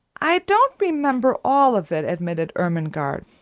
i don't remember all of it, admitted ermengarde.